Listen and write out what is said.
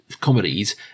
comedies